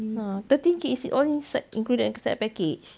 ha thirty K seh all inside included inside the package